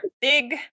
big